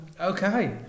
okay